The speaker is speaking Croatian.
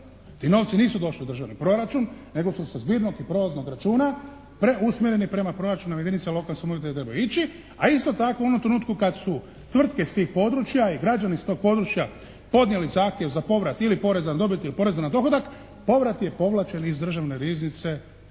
Ti novci nisu došli u državni proračun nego su se kod zbirnog i prolaznog računa preusmjereni prema proračunima jedinica lokalne samouprave … /Govornik se ne razumije./ … A isto tako u onom trenutku kad su tvrtke s tih područja i građani s tog područja podnijeli zahtjev za povrat ili poreza na dobit ili poreza na dohodak povrat je povlačen iz državne riznice, dakle